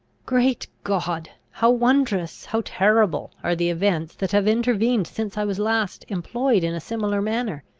great god! how wondrous, how terrible are the events that have intervened since i was last employed in a similar manner!